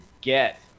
get